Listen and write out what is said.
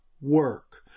work